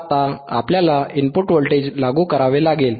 आता आपल्याला input voltage लागू करावे लागेल